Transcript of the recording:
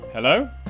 Hello